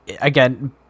again